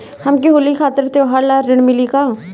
हमके होली खातिर त्योहार ला ऋण मिली का?